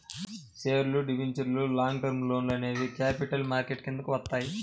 షేర్లు, డిబెంచర్లు, long term లోన్లు అనేవి క్యాపిటల్ మార్కెట్ కిందికి వత్తయ్యి